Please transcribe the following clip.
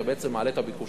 אתה בעצם מעלה את הביקושים.